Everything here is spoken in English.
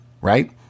right